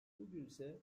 bugünse